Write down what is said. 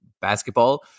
basketball